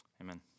Amen